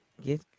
get